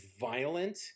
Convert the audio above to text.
violent